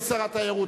כדי שתשמע.